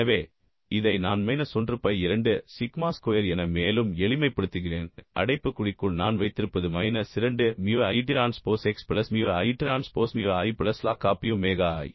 எனவே இதை நான் மைனஸ் 1 பை 2 சிக்மா ஸ்கொயர் என மேலும் எளிமைப்படுத்துகிறேன் அடைப்புக்குறிக்குள் நான் வைத்திருப்பது minus 2 mu i transpose X plus mu i transpose mu i plus log of P omega i